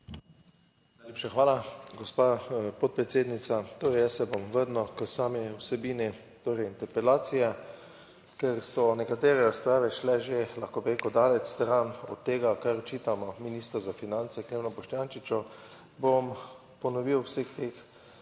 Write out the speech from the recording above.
hvala, gospa podpredsednica. Torej, jaz se bom vrnil k sami vsebini torej interpelacije, ker so nekatere razprave šle že, lahko bi rekel daleč stran od tega, kar očitamo ministru za finance, Klemnu Boštjančiču,